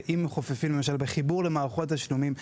ואם בחיבור למערכות תשלומים,